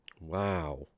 Wow